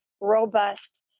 robust